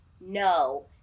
no